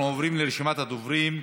אנחנו עוברים לרשימת הדוברים.